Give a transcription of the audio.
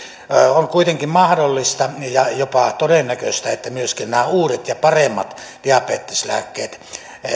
on kuitenkin mahdollista ja jopa todennäköistä että myöskin nämä uudet ja paremmat diabeteslääkkeet